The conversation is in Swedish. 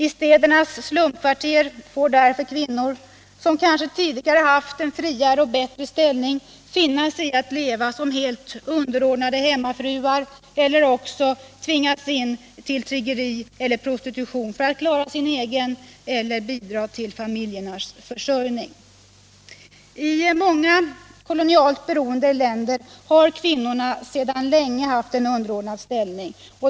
I städernas slumkvarter får därför kvinnor, som kanske tidigare haft en friare och bättre ställning, finna sig i att leva som helt underordnade hemmafruar eller också tvingas de till tiggeri eller prostitution för att klara sin egen eller bidra till familjernas försörjning. I många kolonialt beroende länder har kvinnorna sedan länge haft en underordnad ställning.